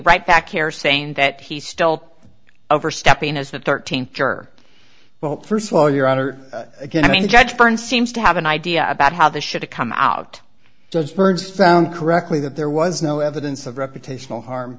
right back here saying that he's still overstepping as the thirteenth juror but first of all your honor again i mean judge burton seems to have an idea about how this should come out judge burns found correctly that there was no evidence of reputational harm